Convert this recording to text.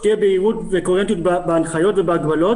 שתהיה בהירות וקוהרנטיות בהנחיות ובהגבלות.